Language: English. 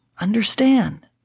Understand